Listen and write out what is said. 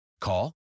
Call